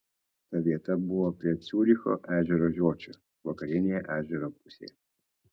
ta vieta buvo prie ciuricho ežero žiočių vakarinėje ežero pusėje